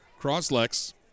Crosslex